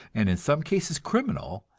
and in some cases criminal,